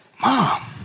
Mom